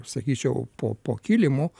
sakyčiau po po kilimu